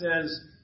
says